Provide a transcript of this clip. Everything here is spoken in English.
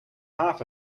half